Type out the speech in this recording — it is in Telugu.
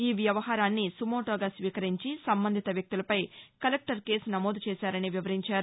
ఈ వ్యవహారాన్ని సుమోటోగా స్వీకరించి సంబంధిత వ్యక్తులపై కలెక్టర్ కేసు నమోదు చేశారని వివరించారు